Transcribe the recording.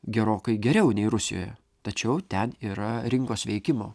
gerokai geriau nei rusijoje tačiau ten yra rinkos veikimo